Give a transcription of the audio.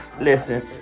listen